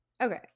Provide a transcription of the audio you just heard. Okay